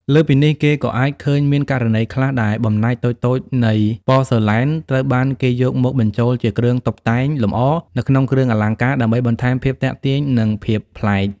លើសពីនេះ គេក៏អាចឃើញមានករណីខ្លះដែលបំណែកតូចៗនៃប៉សឺឡែនត្រូវបានគេយកមកបញ្ចូលជាគ្រឿងតុបតែងលម្អនៅក្នុងគ្រឿងអលង្ការ ដើម្បីបន្ថែមភាពទាក់ទាញ និងភាពប្លែក។